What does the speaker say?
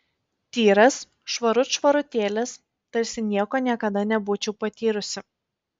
tyras švarut švarutėlis tarsi nieko niekada nebūčiau patyrusi